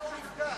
הוא נפגע?